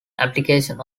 application